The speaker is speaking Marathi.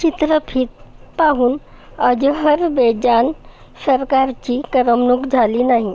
चित्रफित पाहून अझरबैजान सरकारची करमणूक झाली नाही